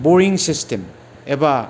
बयरिं system एबा